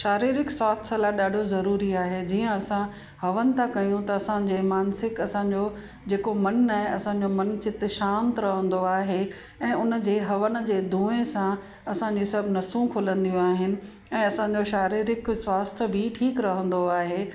शारिरीक स्वास्थ लाइ ॾाढो ज़रूरी आहे जीअं असां हवन था कयूं त असांजे मानसिक असांजो जेको मनु आहे असांजो मनु चित शांति रहंदो आहे ऐं उन जे हवन जे दूंहें सां असांजी सभु नसूं खुलंदियूं आहिनि ऐं असांजो शारिरीक स्वास्थ बि ठीकु रहंदो आहे